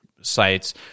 sites